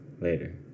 later